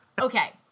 okay